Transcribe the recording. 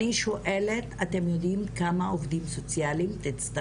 אני שואלת האם אתם יודעים כמה עובדים סוציאליים תצטרכו?